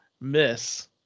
miss